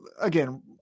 again